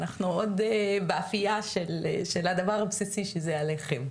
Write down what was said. אנחנו עוד באפייה של הדבר הבסיסי שזה הלחם,